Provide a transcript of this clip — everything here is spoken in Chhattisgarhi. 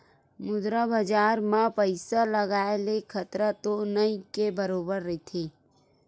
मुद्रा बजार म पइसा लगाय ले खतरा तो नइ के बरोबर रहिथे